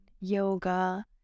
yoga